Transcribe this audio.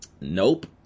nope